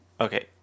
Okay